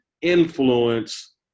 influence